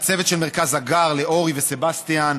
לצוות של מרכז הגר, לאורי וסבסטיאן,